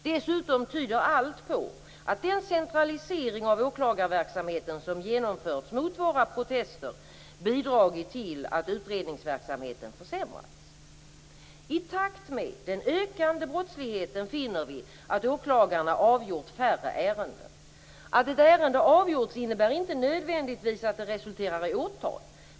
Dessutom tyder allt på att den centralisering av åklagarverksamheten som genomförts mot våra protester bidragit till att utredningsverksamheten försämrats. I takt med den ökande brottsligheten finner vi att åklagarna har avgjort färre ärenden. Att ett ärende avgjorts innebär inte nödvändigtvis att det resulterar i åtal.